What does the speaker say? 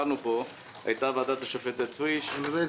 (הישיבה נפסקה בשעה 12:30 ונתחדשה בשעה 13:00.) אני מחדש